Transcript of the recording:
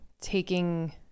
taking